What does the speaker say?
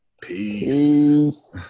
Peace